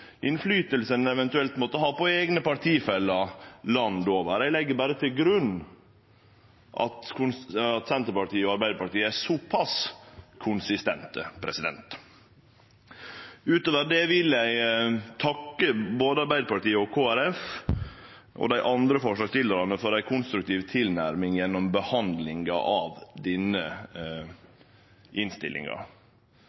ein eventuelt måtte ha på eigne partifellar landet over. Eg legg til grunn at Senterpartiet og Arbeidarpartiet er så pass konsistente. Utover det vil eg takke både Arbeidarpartiet, Kristeleg Folkeparti og dei andre forslagsstillarane for ei konstruktiv tilnærming gjennom behandlinga i denne